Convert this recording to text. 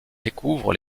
découvre